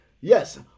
Yes